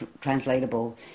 translatable